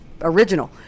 original